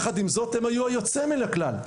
עם זאת, הם היו היוצאים מן הכלל.